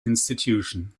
institution